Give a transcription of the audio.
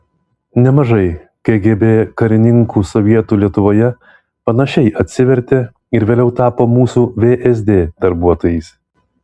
nemažai kgb karininkų sovietų lietuvoje panašiai atsivertė ir vėliau tapo mūsų vsd darbuotojais